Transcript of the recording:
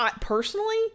Personally